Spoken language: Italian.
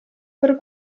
per